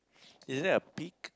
is there a pig